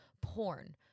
porn